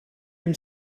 him